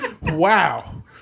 Wow